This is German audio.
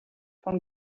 von